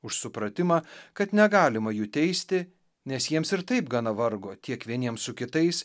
už supratimą kad negalima jų teisti nes jiems ir taip gana vargo tiek vieniems su kitais